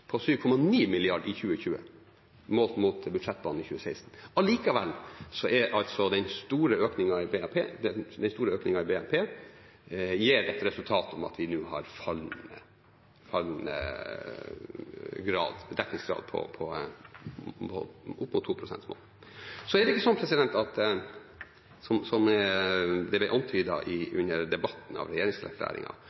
på 7,9 mrd. kr i 2020 målt mot budsjettene i 2016. Allikevel gir altså den store økningen i BNP det resultat at vi nå har fallende dekningsgrad opp mot 2-prosentmålet. Så er det ikke slik, som det ble antydet under debatten om regjeringserklæringen, at dette er snakk om desinformasjon, eller at